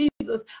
Jesus